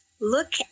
look